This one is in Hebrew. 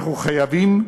אנחנו חייבים,